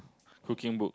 cooking book